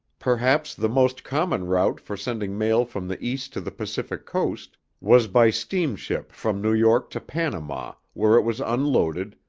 perhaps the most common route for sending mail from the east to the pacific coast was by steamship from new york to panama where it was unloaded,